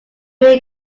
erie